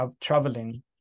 traveling